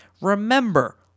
Remember